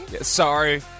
Sorry